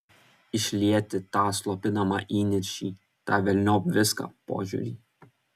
išlieti tą slopinamą įniršį tą velniop viską požiūrį